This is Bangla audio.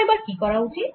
আমার এবার কি করা উচিত